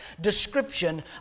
description